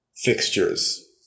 fixtures